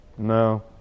No